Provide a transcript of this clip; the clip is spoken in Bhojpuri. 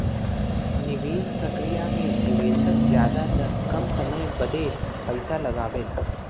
निवेस प्रक्रिया मे निवेशक जादातर कम समय बदे पइसा लगावेला